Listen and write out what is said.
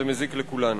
זה מזיק לכולנו.